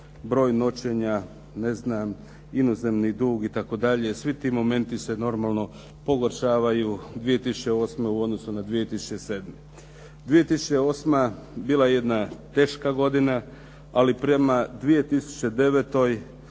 broj noćenja, ne znam, inozemni dug itd., svi ti momenti se normalno pogoršavaju, 2008. u odnosu na 2007. 2008. bila je jedna teška godina ali prema 2009.